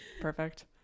Perfect